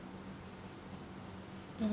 mmhmm